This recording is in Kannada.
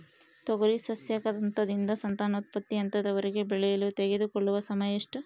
ತೊಗರಿ ಸಸ್ಯಕ ಹಂತದಿಂದ ಸಂತಾನೋತ್ಪತ್ತಿ ಹಂತದವರೆಗೆ ಬೆಳೆಯಲು ತೆಗೆದುಕೊಳ್ಳುವ ಸಮಯ ಎಷ್ಟು?